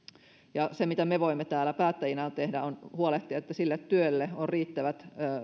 se mitä me voimme täällä päättäjinä tehdä on huolehtia että sille työlle on riittävät